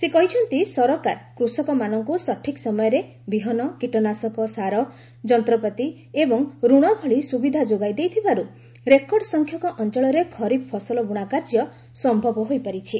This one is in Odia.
ସେ କହିଛନ୍ତି ସରକାର କୃଷକମାନଙ୍କୁ ସଠିକ୍ ସମୟରେ ବିହନ କୀଟନାଶକ ସାର ଯନ୍ତ୍ରପାତି ଏବଂ ଋଣ ଭଳି ସୁବିଧା ଯୋଗାଇ ଦେଇଥିବାରୁ ରେକର୍ଡ ସଂଖ୍ୟକ ଅଞ୍ଚଳରେ ଖରିଫ୍ ଫସଲ ବୃଣା କାର୍ଯ୍ୟ ସମ୍ଭବ ହୋଇପାରିଛି